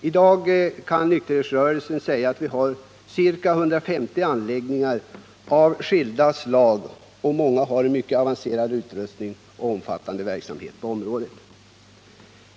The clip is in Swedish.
I dag har nykterhetsrörelsen ca 150 anläggningar av skilda slag. Många av dem har en avancerad utrustning, och man bedriver en omfattande verksamhet där.